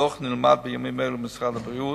הדוח נלמד בימים אלה במשרד הבריאות,